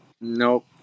nope